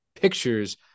pictures